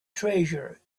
treasure